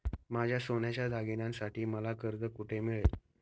माझ्या सोन्याच्या दागिन्यांसाठी मला कर्ज कुठे मिळेल?